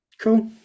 cool